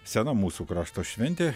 sena mūsų krašto šventė